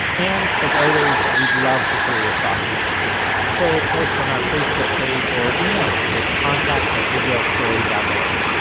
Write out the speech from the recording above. and as always, we'd love to hear your thoughts and comments, so post on our facebook page, or email us at contact at israelstory dot o